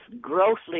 grossly